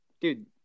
Dude